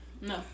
No